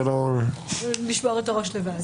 זה לא --- לשבור את הראש לבד,